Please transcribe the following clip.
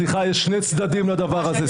יש שני צדדים לדבר הזה,